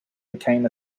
became